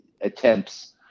attempts